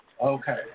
Okay